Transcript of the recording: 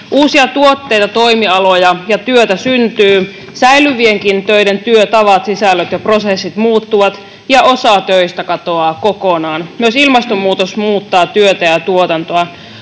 Uusia tuotteita, toimialoja ja työtä syntyy. Säilyvienkin töiden työtavat, sisällöt ja prosessit muuttuvat, ja osa töistä katoaa kokonaan. Myös ilmastonmuutos muuttaa työtä ja tuotantoa.